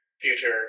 future